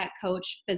coach